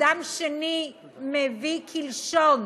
אדם שני מביא קלשון